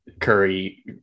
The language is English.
Curry